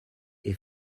est